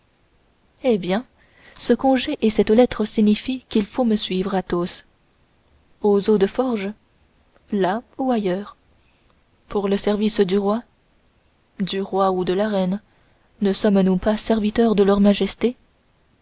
eh bien ce congé et cette lettre signifient qu'il faut me suivre athos aux eaux de forges là ou ailleurs pour le service du roi du roi ou de la reine ne sommes-nous pas serviteurs de leurs majestés